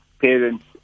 parents